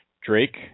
Drake